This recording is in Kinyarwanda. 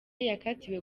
yakatiwe